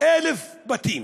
1,000 בתים